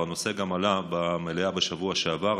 והנושא גם עלה במליאה בשבוע שעבר,